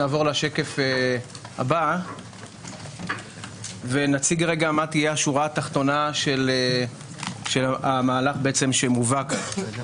נעבור לשקף הבא ונציג מה תהיה השורה התחתונה של המהלך שמובא כאן.